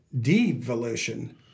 devolution